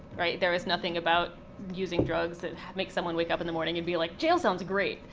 there is nothing about using drugs that makes someone wake up in the morning and be like, jail sounds great!